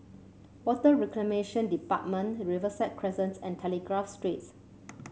Water Reclamation Department Riverside Crescent and Telegraph Streets